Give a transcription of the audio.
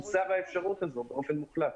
תוסר האפשרות הזאת באופן מוחלט.